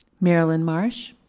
merrilynn marsh.